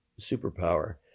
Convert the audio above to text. superpower